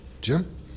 Jim